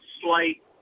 slight